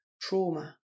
trauma